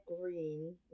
green